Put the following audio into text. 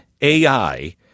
ai